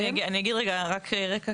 אגיד רק רקע